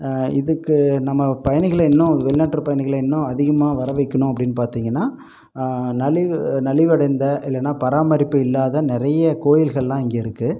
இதுக்கு நம்ம பயணிகளை இன்னும் வெளிநாட்ரு பயணிகளை இன்னும் அதிகமாக வர வைக்கணும் அப்படின் பார்த்தீங்கன்னா நலிவு நலிவடைந்த இல்லைன்னா பராமரிப்பு இல்லாத நிறைய கோயில்களெலாம் இங்கே இருக்குது